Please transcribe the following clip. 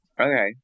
Okay